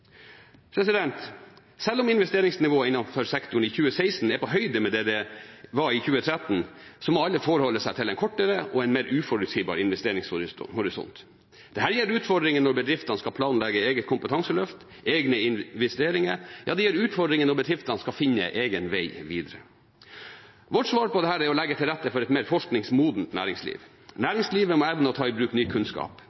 Selv om investeringsnivået i 2016 innenfor sektoren er på høyde med det det var i 2013, må alle forholde seg til en kortere og mer uforutsigbar investeringshorisont. Det gir utfordringer når bedriftene skal planlegge eget kompetanseløft, egne investeringer – ja, det gir utfordringer når bedriftene skal finne sin egen vei videre. Vårt svar på dette er å legge til rette for et mer forskningsmodent næringsliv. Næringslivet må evne å ta i bruk ny kunnskap.